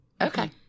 Okay